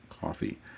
coffee